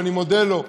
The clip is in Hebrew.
ואני מודה לו: